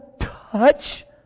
touch